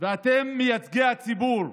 ואתם, מייצגי הציבור,